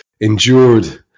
endured